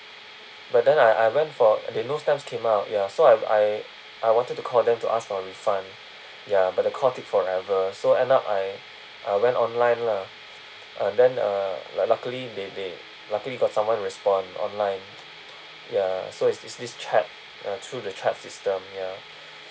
but then I I went for there no stamps came out ya so I I I wanted to call them to ask for a refund ya but the call take forever so end up I I went online lah uh then uh like luckily they they luckily got someone respond online ya so it's this this uh chat through the chat system ya